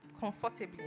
comfortably